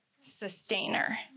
sustainer